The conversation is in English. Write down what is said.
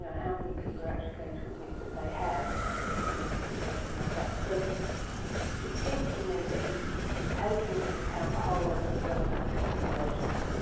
how many people are actually going to admit that they have? particularly in a situation like that. so it seems to me that he's taken into account a whole lot of irrelevant considerations.